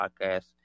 podcast